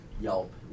Yelp